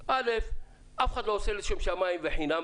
אל"ף, אף אחד לא עושה לשם שמיים וחינם.